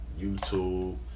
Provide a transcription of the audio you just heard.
YouTube